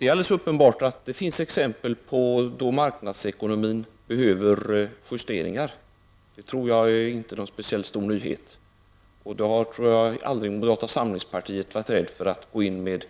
Herr talman! Det är uppenbart att det finns exempel på att marknadsekonomin behöver justeras. Det tror jag inte är någon speciellt stor nyhet. Jag tror att moderata samlingspartiet aldrig har varit rädd för att gå in med